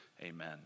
amen